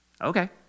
okay